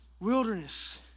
Wilderness